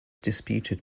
disputed